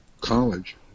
college